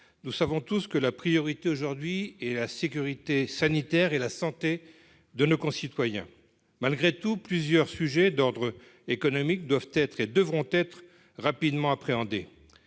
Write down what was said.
nous savons tous que la priorité, aujourd'hui, est la sécurité sanitaire et la santé de nos concitoyens. Malgré tout, plusieurs sujets d'ordre économique doivent être rapidement appréhendés.